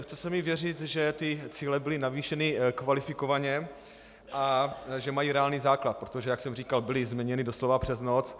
Chce se mi věřit, že ty cíle byly navýšeny kvalifikovaně a že mají reálný základ, protože jak jsem říkal, byly změněny doslova přes noc.